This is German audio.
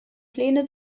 pläne